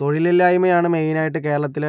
തൊഴിലില്ലായ്മയാണ് മെയിനായിട്ട് കേരളത്തിൽ